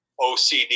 OCD